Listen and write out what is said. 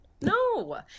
No